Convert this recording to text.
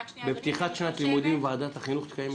בפתיחת שנת הלימודים ועדת החינוך תקיים ישיבה.